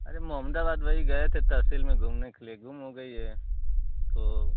अरे मोमड़ाबाद वही गए थे वही तहसील में घूमने के लिए गुम हो गई है तो